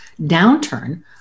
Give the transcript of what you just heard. downturn